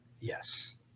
Yes